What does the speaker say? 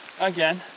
again